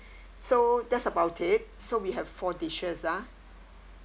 so that's about it so we have four dishes ah